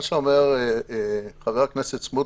מה שאומר חבר הכנסת סמוטריץ',